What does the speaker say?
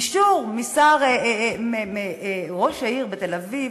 אישור משר, מראש העיר בתל-אביב,